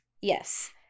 Yes